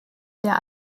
der